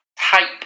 type